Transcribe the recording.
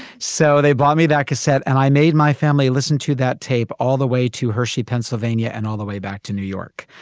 so they bought me that cassette and i made my family listen to that tape all the way to hershey, pennsylvania, and all the way back to new york.